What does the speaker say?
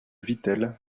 vittel